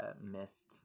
missed